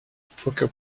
poker